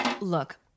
Look